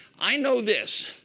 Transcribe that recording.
i know this.